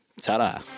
ta-da